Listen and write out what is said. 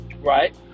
Right